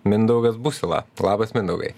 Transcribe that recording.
mindaugas busila labas mindaugai